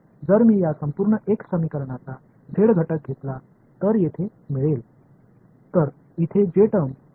எனவே இந்த முழு x சமன்பாட்டின் z கூறுகளையும் நான் எடுத்துக் கொண்டால் எனக்கு இங்கே என்ன கிடைக்கும்